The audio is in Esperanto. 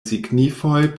signifoj